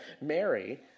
Mary